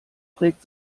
trägt